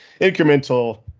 incremental